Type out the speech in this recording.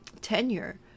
tenure